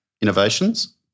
Innovations